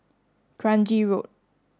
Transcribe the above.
Kranji Road